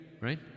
Right